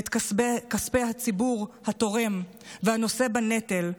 ואת כספי הציבור התורם והנושא בנטל,